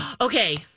Okay